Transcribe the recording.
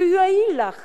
שיועיל לך